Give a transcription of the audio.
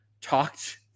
talked